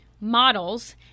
models